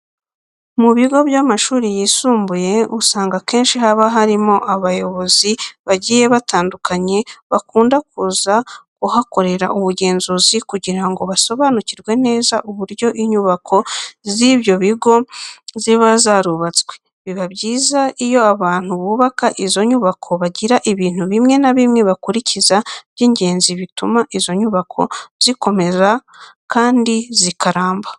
Mu bigo by'amashuri yisumbuye usanga akenshi haba hari abayobozi bagiye batandukanye bakunda kuza kuhakorera ubugenzuzi kugira ngo basobanukirwe neza uburyo inyubako z'ibyo bigo ziba zarubatswe. Biba byiza iyo abantu bubaka izi nyubako bagira ibintu bimwe na bimwe bakurikiza by'ingenzi bituma izi nyubako zikomera kandi zikaramba.